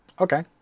Okay